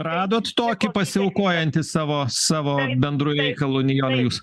radot tokį pasiaukojantį savo savo bendru reikalu nijole jūs